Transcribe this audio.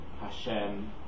Hashem